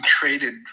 traded